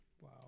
Wow